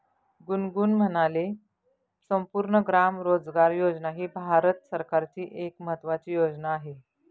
गुनगुन म्हणाले, संपूर्ण ग्राम रोजगार योजना ही भारत सरकारची एक महत्त्वाची योजना आहे